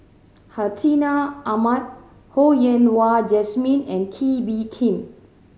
Hartinah Ahmad Ho Yen Wah Jesmine and Kee Bee Khim